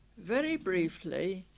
very briefly,